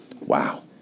Wow